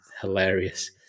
hilarious